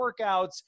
workouts